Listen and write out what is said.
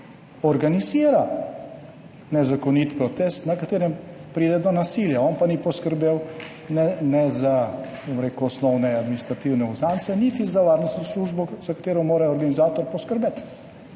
organizira nezakonit protest, na katerem pride do nasilja, on pa ni poskrbel ne za osnovne administrativne uzance niti za varnostno službo, za katero mora organizator poskrbeti.